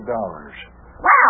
Wow